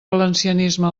valencianisme